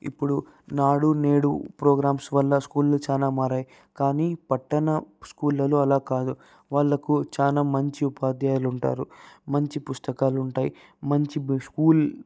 ఇప్పుడు నాడు నేడు ప్రోగ్రామ్స్ వల్ల స్కూళ్ళు చాలా మారాయి కానీ పట్టణ స్కూళ్ళలో అలా కాదు వాళ్ళకు చాలా మంచి ఉపాధ్యాయులు ఉంటారు మంచి పుస్తకాలు ఉంటాయి మంచి స్కూల్